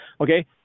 Okay